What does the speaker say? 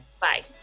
Bye